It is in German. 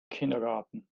kindergarten